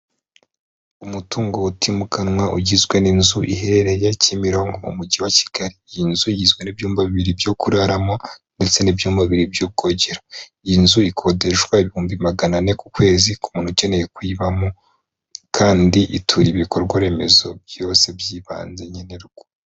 Umutungo utimukanwa ugizwe n'inzu iherereye Kimironko mu mujyi wa kigali iyi nzu igizwe n'ibyumba bibiri byo kuraramo ndetse n'ibyumba bibiri by'ubwogera iyi nzu ikodeshwa ibihumbi magana ane ku kwezi k'umuntu ukeneye kuyibamo kandi ituriye ibikorwa remezo byose by'ibanze nkenerwa.